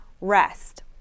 rest